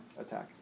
attack